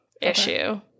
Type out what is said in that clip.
issue